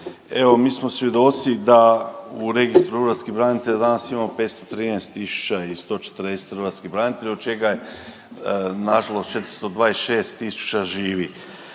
Evo mi smo svjedoci da u registru hrvatskih branitelja danas imamo 513 tisuća i 140 hrvatskih branitelja od čega je nažalost 426 živih.